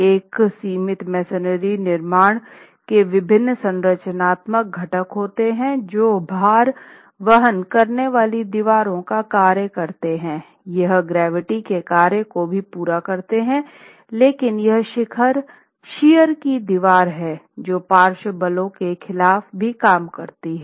एक सीमित मेसनरी निर्माण के विभिन्न संरचनात्मक घटक होते हैं जो भार वहन करने वाली दीवारों का कार्य करते हैं यह गुरुत्वाकर्षण के कार्य को भी पूरा करते हैं लेकिन यह शियर की दीवार है जो पार्श्व बलों के खिलाफ भी काम करती है